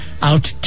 out